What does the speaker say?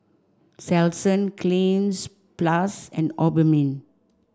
Selsun Cleanz plus and Obimin